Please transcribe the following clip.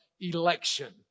election